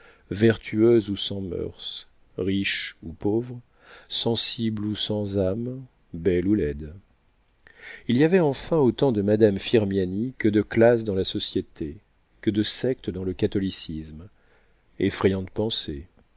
vertueuse ou sans moeurs riche ou pauvre sensible ou sans âme belle ou laide il y avait enfin autant de madames firmiani que de classes dans la société que de sectes dans le catholicisme effrayante pensée